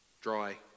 Dry